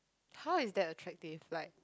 how is that attractive like